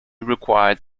required